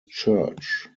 church